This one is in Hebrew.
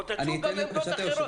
אבל תציגו גם עמדות אחרות.